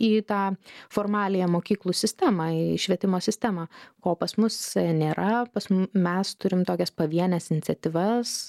į tą formaliąją mokyklų sistemą į švietimo sistemą ko pas mus nėra pas mes turim tokias pavienes iniciatyvas